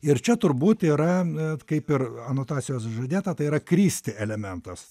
ir čia turbūt yra net kaip ir anotacijos žadėta tai yra kristi elementas